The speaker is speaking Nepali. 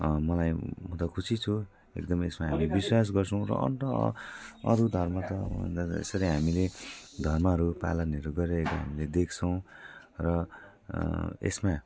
मलाई म त खुसी छु एकदमै यसमा हामी विश्वास गर्छौँ र अनि त अरू धर्म त यसरी हामीले धर्महरू पालनहरू गरिरहेको हामीले देख्छौँ र यसमा